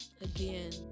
again